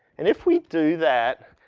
and if we do that,